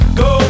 go